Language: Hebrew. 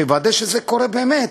תוודא שזה קורה באמת.